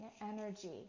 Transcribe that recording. energy